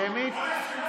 שמית?